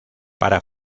para